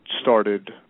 started